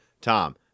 Tom